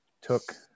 took